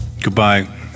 Goodbye